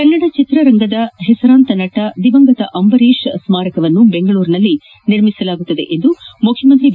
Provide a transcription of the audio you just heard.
ಕನ್ನಡ ಚಲನಚಿತ್ರರಂಗದ ಹೆಸರಾಂತ ನಟ ದಿವಂಗತ ಅಂಬರೀಶ್ ಅವರ ಸ್ಮಾರಕವನ್ನು ಬೆಂಗಳೂರಿನಲ್ಲಿ ನಿರ್ಮಿಸಲಾಗುವುದು ಎಂದು ಮುಖ್ಯಮಂತ್ರಿ ಬಿ